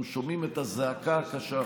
אנחנו שומעים את הזעקה הקשה,